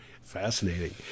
fascinating